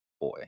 Boy